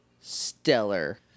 stellar